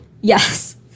Yes